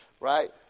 right